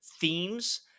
themes